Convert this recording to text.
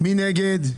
מי נגד?